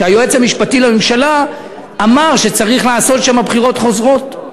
היועץ המשפטי לממשלה אמר שצריך לעשות שם בחירות חוזרות,